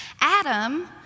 Adam